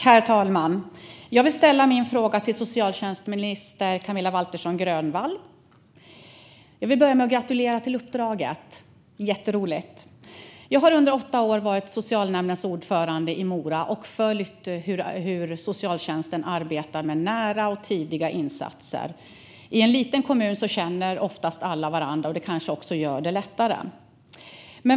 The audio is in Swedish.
Herr talman! Jag vill ställa min fråga till socialtjänstminister Camilla Waltersson Grönvall. Jag vill börja med att gratulera till uppdraget. Det är jätteroligt. Jag har under åtta år varit socialnämndens ordförande i Mora och följt hur socialtjänsten arbetar med nära och tidiga insatser. I en liten kommun känner oftast alla varandra. Det kanske också gör det lättare.